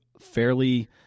fairly